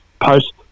post